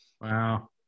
Wow